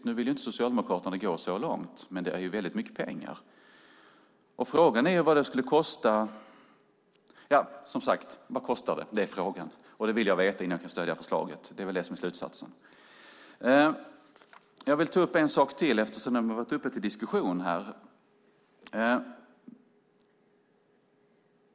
Nu vill inte Socialdemokraterna gå så långt, men det är väldigt mycket pengar. Vad kostar det? Det är frågan. Och det vill jag veta innan jag kan stödja förslaget. Det är slutsatsen. Jag vill ta en sak till som har varit uppe till diskussion här.